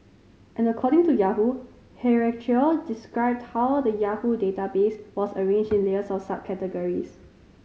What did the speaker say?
and according to Yahoo described how the Yahoo database was arranged in layers of subcategories